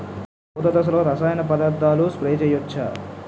పూత దశలో రసాయన పదార్థాలు స్ప్రే చేయచ్చ?